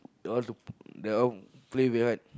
they all they all play very hard